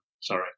Sorry